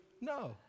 No